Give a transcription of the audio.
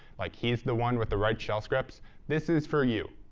like, he's the one with the right shell scripts this is for you.